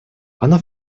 она